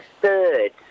third